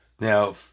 Now